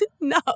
No